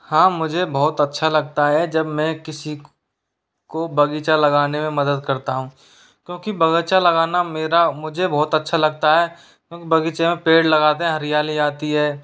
हां मुझे बहुत अच्छा लगता है जब मैं किसी को बगीचा लगाने में मदद करता हूं क्योंकि बगीचा लगाना मेरा मुझे बहुत अच्छा लगता है बगीचे में पेड़ लगाते हैं हरियाली आती है